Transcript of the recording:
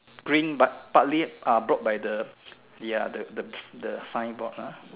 green but partly ah block by the ya the the the signboard lah